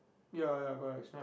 ya ya correct